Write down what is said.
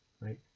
right